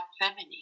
feminine